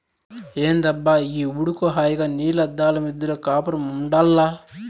ఏందబ్బా ఈ ఉడుకు హాయిగా నీలి అద్దాల మిద్దెలో కాపురముండాల్ల